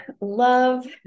love